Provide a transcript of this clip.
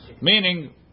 Meaning